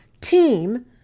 team